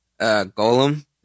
golem